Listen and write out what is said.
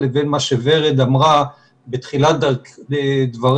לבין מה שוורד אמרה בתחילת דבריה,